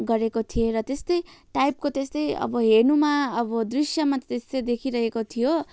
गरेको थिएँ र त्यस्तै टाइपको त्यस्तै अब हेर्नुमा अब दृश्यमा त्यस्तै देखिरहेको थियो